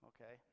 Okay